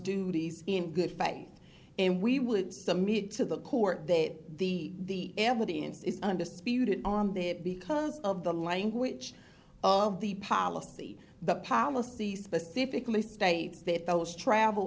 duties in good faith and we would submit to the court that the evidence is undisputed on this because of the language of the policy the policy specifically states that those travel